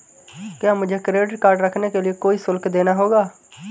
क्या मुझे credit card रखने के लिए कोई शुल्क देना होगा?